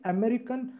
American